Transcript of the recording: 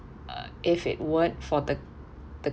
ugh if it weren't for the the